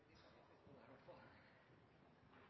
vi skal ha